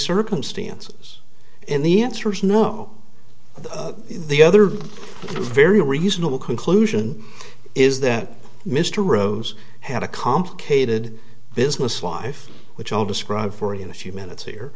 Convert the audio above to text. circumstances and the answer is no the other very reasonable conclusion is that mr rose had a complicated business life which i'll describe for you know a few minutes here